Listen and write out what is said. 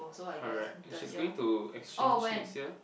correct and she's going to exchange next year